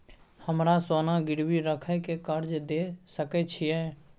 हमरा सोना गिरवी रखय के कर्ज दै सकै छिए?